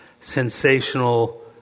sensational